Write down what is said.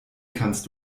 kannst